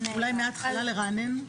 אולי מהתחלה לרענן?